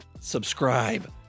subscribe